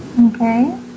Okay